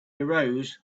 arose